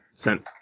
sent